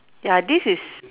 ya this is